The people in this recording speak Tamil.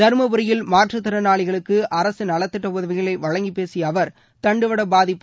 தர்மபுரியில் மாற்றுத்திறனாளிகளுக்கு அரசு நலத்திட்ட உதவிகளை வழங்கிப் பேசிய அவர் தண்டுவட பாதிப்பு